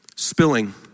spilling